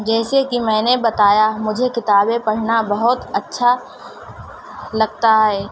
جیسے کہ میں نے بتایا مجھے کتابیں پڑھنا بہت اچھا لگتا ہے